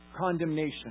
Condemnation